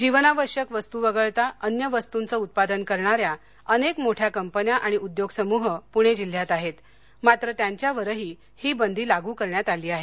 जीवनावश्यक वस्तू वगळता अन्य वस्तूंचे उत्पादन करणाऱ्या अनेक मोठ्या कंपन्या आणि उद्योगसमूह पूणे जिल्ह्यात आहेत मात्र त्यांच्यावरही ही बंदी लागू करण्यात आली आहे